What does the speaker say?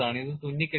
ഇത് തുന്നിക്കെട്ടി